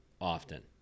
often